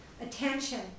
Attention